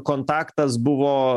kontaktas buvo